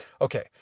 Okay